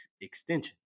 extension